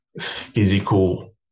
physical